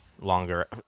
longer